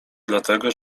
dlatego